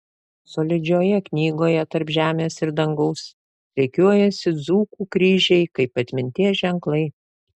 solidžioje knygoje tarp žemės ir dangaus rikiuojasi dzūkų kryžiai kaip atminties ženklai